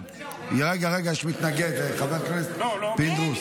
רגע, רגע, יש מתנגד, חבר הכנסת פינדרוס.